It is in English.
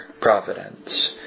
providence